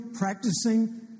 practicing